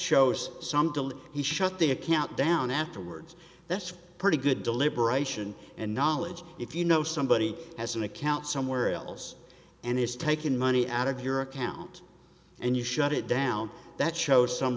shows some delay he shut the account down afterwards that's a pretty good deliberation and knowledge if you know somebody has an account somewhere else and is taking money out of your account and you shut it down that shows some